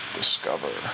discover